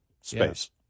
space